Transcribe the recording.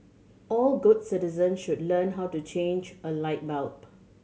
all good citizens should learn how to change a light bulb